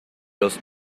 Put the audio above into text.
los